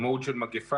במוד של מגיפה,